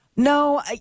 No